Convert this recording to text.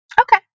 Okay